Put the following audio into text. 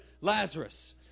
Lazarus